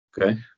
Okay